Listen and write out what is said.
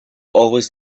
always